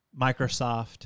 Microsoft